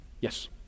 Yes